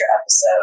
episode